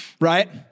right